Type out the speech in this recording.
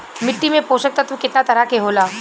मिट्टी में पोषक तत्व कितना तरह के होला?